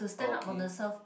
okay